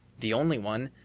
the only one,